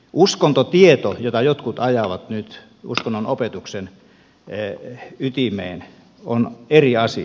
uskontotieto jota jotkut ajavat nyt uskonnon opetuksen ytimeen on eri asia